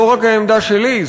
לא רק העמדה שלי,